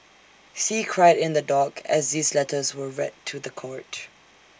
see cried in the dock as these letters were read to The Court